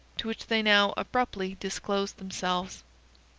to which they now abruptly disclosed themselves.